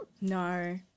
No